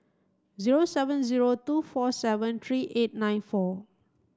zero seven zero two four seven three eight nine four